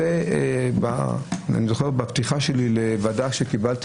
את זה אני זוכר בפתיחה שלי לוועדה שקיבלתי